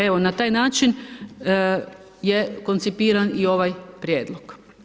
Evo na taj način, je koncipiran i ovaj prijedlog.